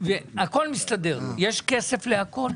יש כסף לכל?